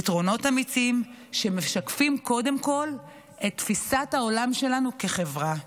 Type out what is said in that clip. פתרונות אמיצים שמשקפים קודם כול את תפיסת העולם שלנו כחברה.